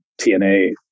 tna